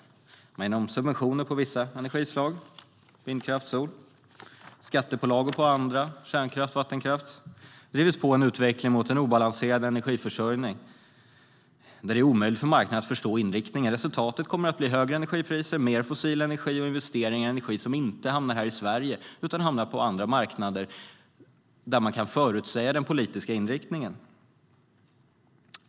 Man har genom subventioner på vissa energislag - vindkraft och sol - och skattepålagor på andra - kärnkraft och vattenkraft - drivit på en utveckling mot en obalanserad energiförsörjning där det är omöjligt för marknaden att förstå inriktningen. Resultatet kommer att bli högre energipriser, mer fossil energi och investeringar i energi som inte hamnar här i Sverige utan på andra marknader, där man kan förutsäga den politiska inriktningen.